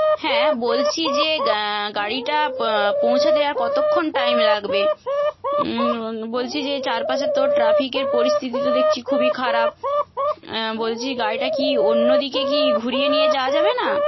হ্যাঁ বলছি যে গাড়িটা পৌঁছতে আর কতক্ষণ টাইম লাগবে বলছি যে এই চারপাশে তো ট্রাফিকের পরিস্থিতি তো দেখছি খুবই খারাপ বলছি গাড়িটা কি অন্যদিকে কি ঘুরিয়ে নিয়ে যাওয়া যাবে না